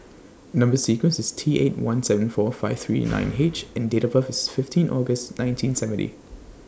Number sequence IS T eight one seven four five three nine H and Date of birth IS fifteen August nineteen seventy